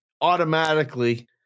automatically